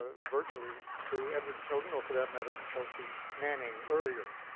ah virtually, to edward snowden or for that matter to chelsea manning earlier.